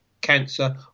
cancer